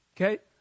okay